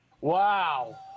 Wow